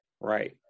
right